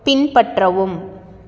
பின்பற்றவும்